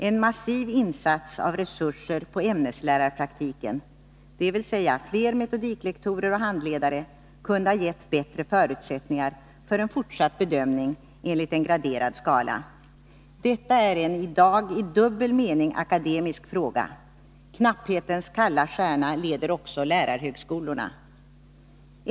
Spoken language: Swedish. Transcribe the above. En massiv insats av resurser på ämneslärarpraktiken, dvs. fler metodiklektorer och handledare, kunde ha gett bättre förutsättningar för en fortsatt bedömning enligt en graderad skala. Detta är i dag en i dubbel mening akademisk fråga — knapphetens kalla stjärna leder också lärarhögskolorna.